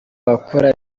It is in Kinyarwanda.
abakora